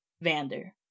Vander